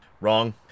wrong